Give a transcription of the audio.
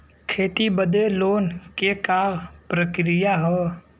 खेती बदे लोन के का प्रक्रिया ह?